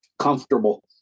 comfortable